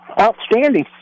Outstanding